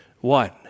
one